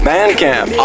Bandcamp